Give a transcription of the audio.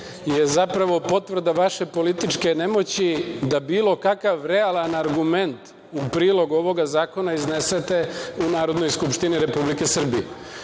je zapravo potvrda vaše političke nemoći da bilo kakav realan argument u prilog ovoga zakona iznesete u Narodnoj skupštini Republike Srbije. Ovaj